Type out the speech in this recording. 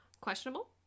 questionable